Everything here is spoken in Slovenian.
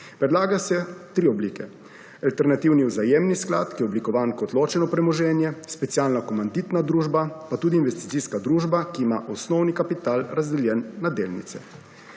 Predlaga se tri oblike: alternativni vzajemni sklad, ki je oblikovan kot ločeno premoženje, specialna komanditna družba, pa tudi investicijska družba, ki ima osnovni kapital razdeljen na delnice.